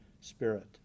Spirit